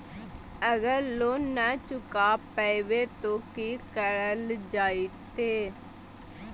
अगर लोन न चुका पैबे तो की करल जयते?